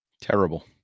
Terrible